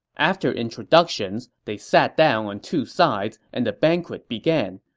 after introductions, they sat down on two sides and the banquet began.